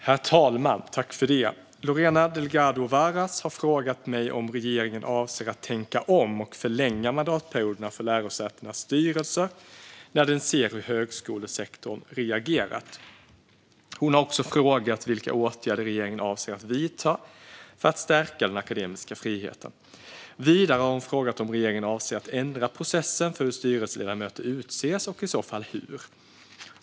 Herr talman! Lorena Delgado Varas har frågat mig om regeringen avser att tänka om och förlänga mandatperioderna för lärosätenas styrelser när den ser hur högskolesektorn reagerat. Hon har också frågat vilka åtgärder regeringen avser att vidta för att stärka den akademiska friheten. Vidare har hon frågat om regeringen avser att ändra processen för hur styrelseledamöter utses, och i så fall hur.